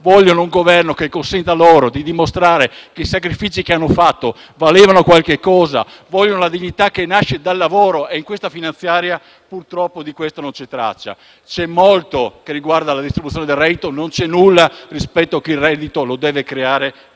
vogliono un Governo che consenta loro di dimostrare che i sacrifici che hanno fatto valevano qualcosa, vogliono la dignità che nasce dal lavoro e in questa manovra finanziaria purtroppo di questo non c'è traccia. C'è molto che riguarda la distribuzione del reddito, ma non c'è nulla rispetto a chi il reddito lo deve creare